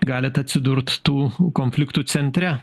galit atsidurt tų konfliktų centre